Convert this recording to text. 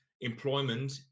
employment